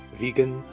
vegan